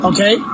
Okay